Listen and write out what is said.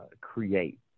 create